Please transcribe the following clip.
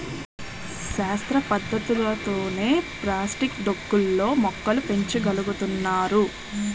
శాస్త్ర పద్ధతులతోనే ప్లాస్టిక్ డొక్కు లో మొక్కలు పెంచ గలుగుతున్నారు